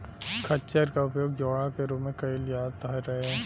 खच्चर क उपयोग जोड़ा के रूप में कैईल जात रहे